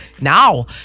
now